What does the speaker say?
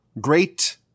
great